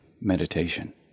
meditation